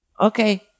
okay